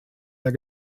der